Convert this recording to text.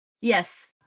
Yes